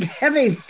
heavy